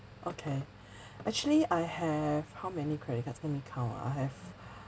okay actually I have how many credit cards let me count ah I have